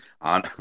on